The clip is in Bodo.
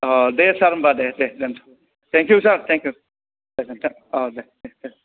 दे सार होनबा दे दे दोनसै thank you sir thank you गोजोनथों दे दे दे